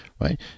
right